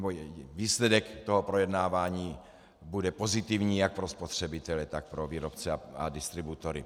Nebo výsledek projednávání bude pozitivní jak pro spotřebitele, tak pro výrobce a distributory.